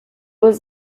was